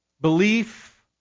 Belief